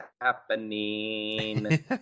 happening